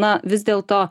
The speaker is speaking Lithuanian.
na vis dėlto